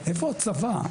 איפה הצבא?